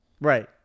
Right